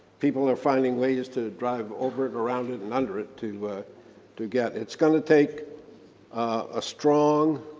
people are finding ways to drive over it, around it and under it to ah to get it's going to take a strong